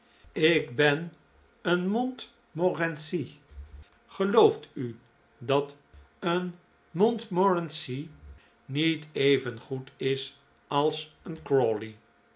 ik ben een montmorency gelooft u dat een montmorency niet evengoed is als een